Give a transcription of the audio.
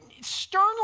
sternly